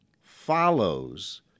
follows